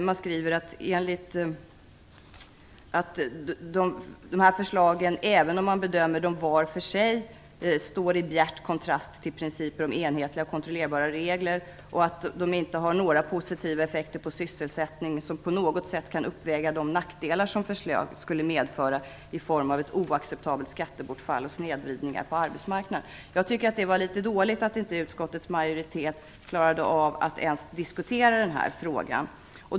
Man skriver att de här förslagen även om man bedömer dem var för sig står i bjärt kontrast till principen om enhetliga och kontrollerbara regler och att de inte har några positiva effekter på sysselsättningen som på något sätt kan uppväga de nackdelar som förslagen skulle medföra i form av ett oacceptabelt skattebortfall och snedvridningar på arbetsmarknaden. Jag tycker att det var litet dåligt att utskottets majoritet inte ens förmådde diskutera den här frågan.